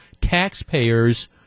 taxpayers